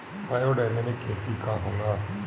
Biodynamic खेती का होला?